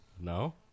No